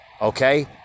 okay